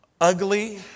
ugly